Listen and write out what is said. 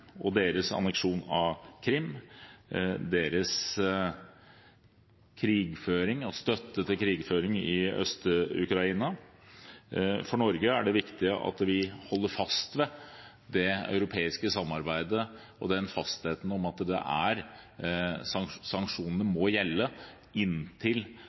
og deres annektering av Krim, deres krigføring og støtte til krigføring i Øst-Ukraina. For Norge er det viktig at vi holder fast ved det europeiske samarbeidet og fastheten i at sanksjonene må gjelde inntil